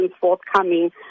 forthcoming